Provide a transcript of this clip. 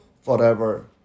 forever